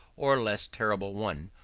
or less terrible one,